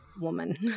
woman